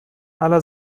aller